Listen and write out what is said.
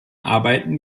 arbeiten